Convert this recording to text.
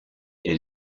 est